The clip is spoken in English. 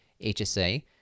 HSA